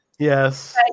Yes